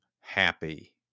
happy